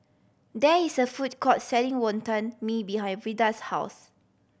there is a food court selling Wonton Mee behind Veda's house